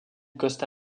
costa